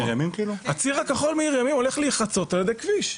הציר הכחול הולך להיחצות על-ידי כביש.